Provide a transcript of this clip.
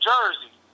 Jersey